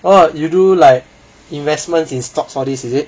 !wah! you do like investments in stocks all these is it